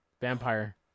vampire